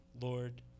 Lord